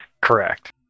correct